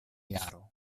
jaro